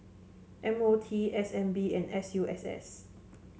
M O T S N B and S U S S